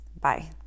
Bye